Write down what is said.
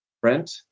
print